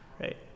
Right